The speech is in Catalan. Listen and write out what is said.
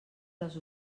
les